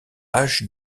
âge